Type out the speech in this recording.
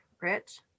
Rich